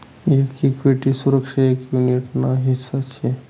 एक इक्विटी सुरक्षा एक युनीट ना हिस्सा शे